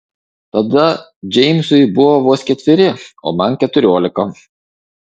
tada džeimsui buvo vos ketveri o man keturiolika